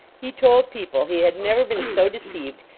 he told people he had never been so deceived,